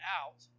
out